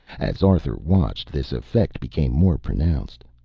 as arthur watched, this effect became more pronounced.